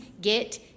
get